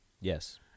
Yes